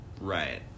Right